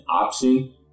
option